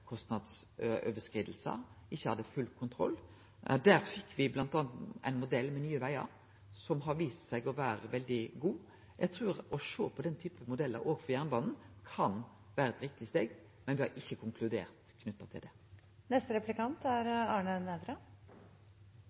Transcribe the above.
hadde ikkje full kontroll. Der fekk me bl.a. ein modell med Nye Vegar som har vist seg å vere veldig god. Eg trur at det å sjå på den typen modellar òg for jernbanen kan vere eit riktig steg, men der har me ikkje konkludert.